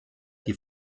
die